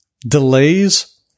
delays